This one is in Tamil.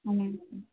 ஆமாம்ங்க சார்